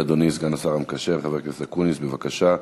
אדוני, סגן השר המקשר, חבר הכנסת אקוניס, בבקשה.